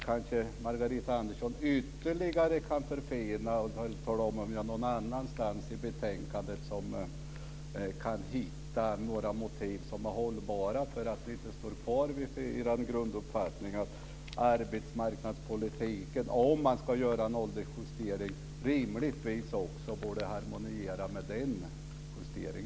Kanske Margareta Andersson kan tala om ifall jag någon annanstans i betänkandet kan hitta några hållbara motiv för att ni inte står kvar vid er grunduppfattning att arbetsmarknadspolitiken, om man ska göra en åldersjustering, rimligtvis också borde harmoniera med denna justering.